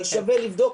אבל שווה לבדוק.